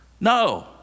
No